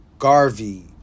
Garvey